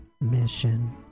mission